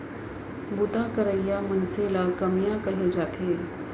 बूता करइया मनसे ल कमियां कहे जाथे